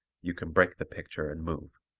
you can break the picture and move.